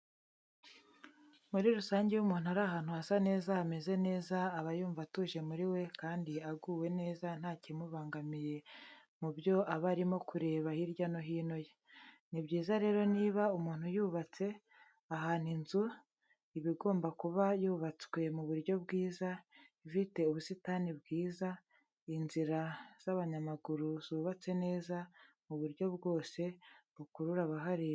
Muri rusange iyo umuntu ari ahantu hasa neza, hameze neza aba umva atuje muri we kandi aguwe neza ntakimubangamiye mu byo aba arimo kureba hirya no hino ye. Ni byiza rero niba umuntu yubatse ahantu inzu iba igomba kuba yubatswe mu buryo bwiza, ifite ubusitani bwiza, inzira z'abanyamaguru zubatse neza mu buryo bwose bukurura abahareba.